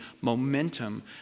momentum